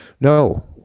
No